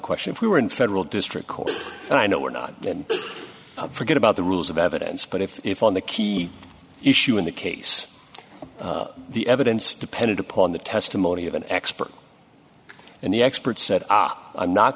question if we were in federal district court and i know we're not then forget about the rules of evidence but if on the key issue in the case the evidence depended upon the testimony of an expert and the expert said i'm not